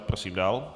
Prosím dál.